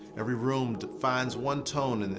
every room defines one tone, and